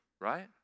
right